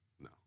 No